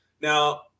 Now